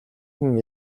хүн